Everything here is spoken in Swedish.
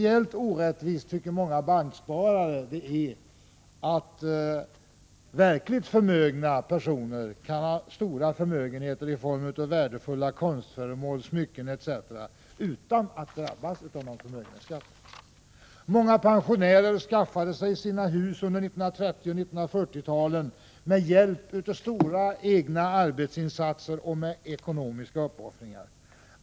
Många banksparare tycker att det är särskilt orättvist att verkligt förmögna personer kan ha stora förmögenheter i form av t.ex. värdefulla konstföremål och smycken utan att drabbas av någon förmögenhetsskatt. Många pensionärer skaffade sig sina hus under 1930 eller 1940-talet med hjälp av stora egna arbetsinsatser och med ekonomiska uppoffringar.